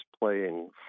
playing